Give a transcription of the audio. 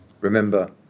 remember